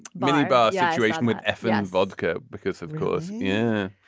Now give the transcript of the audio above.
minibar yeah situation with effort and vodka because of course. yeah.